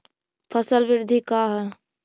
फसल वृद्धि का है?